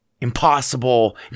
impossible